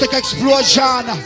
explosion